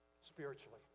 spiritually